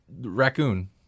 raccoon